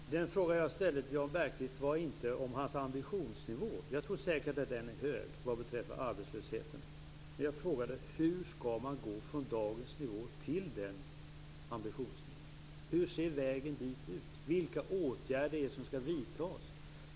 Fru talman! Den fråga som jag ställde till Jan Bergqvist gällde inte hans ambitionsnivå. Jag tror säkert att den är hög vad beträffar arbetslösheten. Men jag frågade: Hur skall man gå från dagens nivå till den ambitionsnivån? Hur ser vägen dit ut? Vilka åtgärder är det som skall vidtas?